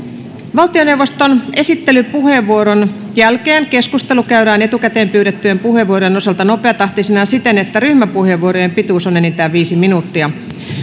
valtioneuvoston esittelypuheenvuoron jälkeen keskustelu käydään etukäteen pyydettyjen puheenvuorojen osalta nopeatahtisena siten että ryhmäpuheenvuorojen pituus on enintään viisi minuuttia